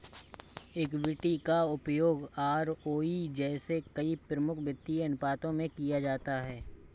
equity का उपयोग ROE जैसे कई प्रमुख वित्तीय अनुपातों में किया जाता है